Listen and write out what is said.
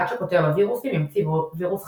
עד שכותב הווירוסים ימציא וירוס חדש.